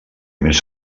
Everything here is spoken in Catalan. més